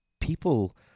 People